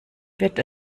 wird